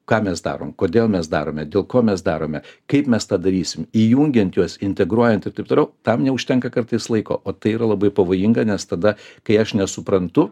ką mes darom kodėl mes darome dėl ko mes darome kaip mes tą darysim įjungiant juos integruojant ir taip toliau tam neužtenka kartais laiko o tai yra labai pavojinga nes tada kai aš nesuprantu